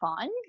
fun